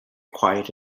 quiet